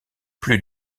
plus